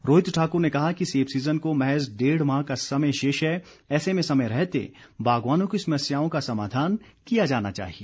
रोहित ठाक्र ने कहा कि सेब सीजन को महज डेढ माह का समय शेष है ऐसे में समय रहते बागवानों की समस्याओं का समाधान किया जाना चाहिए